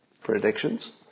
Predictions